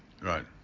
Right